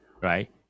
Right